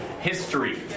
history